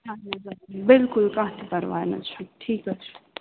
اَہَن حظ اَہن بِلکُل کانٛہہ تہِ پرواے نہَ حظ چھُنہٕ ٹھیٖک حظ چھُ